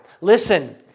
Listen